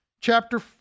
Chapter